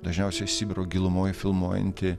dažniausiai sibiro gilumoje filmuojantį